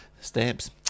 stamps